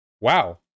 Wow